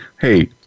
hey